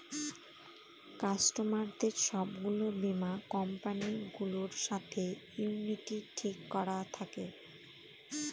কাস্টমারদের সব গুলো বীমা কোম্পানি গুলোর সাথে ইউনিটি ঠিক করা থাকে